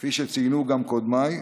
כפי שציינו גם קודמיי,